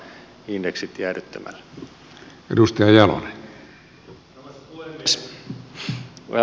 arvoisa puhemies